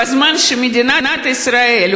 בזמן שמדינת ישראל,